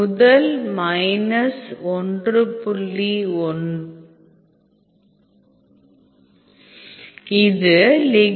முதல் மைனஸ் 9